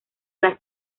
las